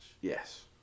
Yes